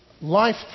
Life